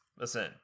Listen